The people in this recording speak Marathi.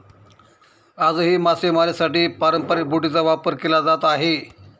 आजही मासेमारीसाठी पारंपरिक बोटींचा वापर केला जात आहे